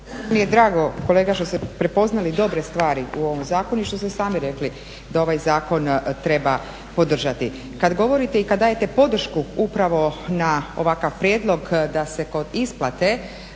Meni je drago kolega što ste prepoznali dobre stvari u ovom zakonu i što ste i sami rekli da ovaj zakon treba podržati. Kada govorite i kada dajete podršku upravo na ovakav prijedlog da se kod isplate